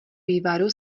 vývaru